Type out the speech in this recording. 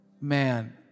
man